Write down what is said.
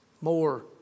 more